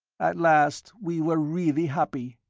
at last we were really happy.